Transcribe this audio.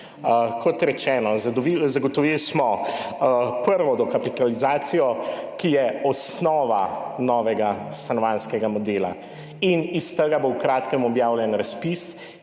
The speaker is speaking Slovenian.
Kot rečeno, zagotovili smo prvo dokapitalizacijo, ki je osnova novega stanovanjskega modela in iz tega bo v kratkem objavljen razpis,